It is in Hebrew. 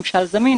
ממשל זמין,